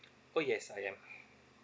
oh yes I am